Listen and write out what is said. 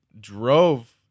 drove